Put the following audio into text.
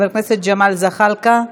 חבר הכנסת ג'מאל זחאלקה,